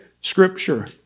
Scripture